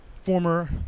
former